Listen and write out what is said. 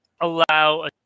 allow